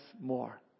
more